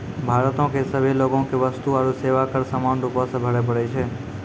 भारतो के सभे लोगो के वस्तु आरु सेवा कर समान रूपो से भरे पड़ै छै